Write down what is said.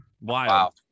Wow